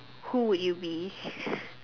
who would you be